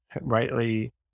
rightly